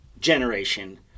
generation